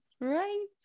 right